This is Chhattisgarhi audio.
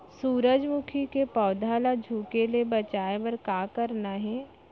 सूरजमुखी के पौधा ला झुके ले बचाए बर का करना हे?